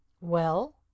well